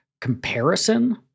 comparison